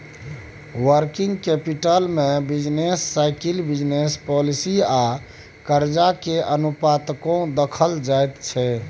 working capital में business cycle, business policy आ कर्जा के अनुपातो देखल जाइ छइ